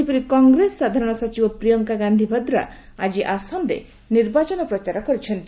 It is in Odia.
ସେହିଭଳି କଂଗ୍ରେସ ସାଧାରଣ ସଚିବ ପ୍ରିୟାଙ୍କା ଗାନ୍ଧି ଭଦ୍ରା ଆଜି ଆସାମରେ ନିର୍ବାଚନ ପ୍ରଚାର କରିଛନ୍ତି